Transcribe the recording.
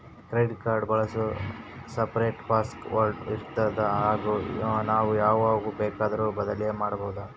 Credit card ಬಳಸಲು separate password ಇರುತ್ತಾ ಹಾಗೂ ನಾವು ಯಾವಾಗ ಬೇಕಾದರೂ ಬದಲಿ ಮಾಡಬಹುದಾ?